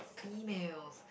females